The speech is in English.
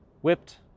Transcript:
whipped